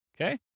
Okay